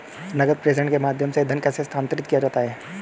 नकद प्रेषण के माध्यम से धन कैसे स्थानांतरित किया जाता है?